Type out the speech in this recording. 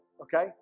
okay